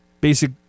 basic